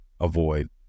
avoid